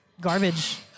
garbage